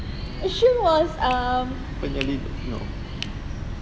sure was ah